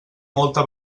molta